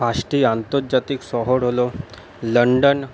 পাঁচটি আন্তর্জাতিক শহর হল লন্ডন